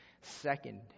Second